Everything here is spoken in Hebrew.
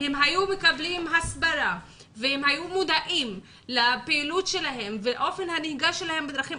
היו מקבלים הסברה והיו מודעים לפעילות שלהם ואופן הנהיגה שלהם בדרכים,